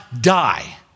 die